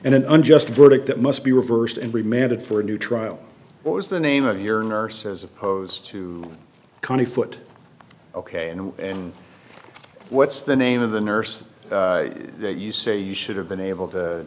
and an unjust verdict that must be reversed and remanded for a new trial was the name of your nurse as opposed to county foot ok and what's the name of the nurse that you say you should have been able